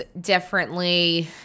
differently